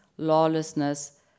lawlessness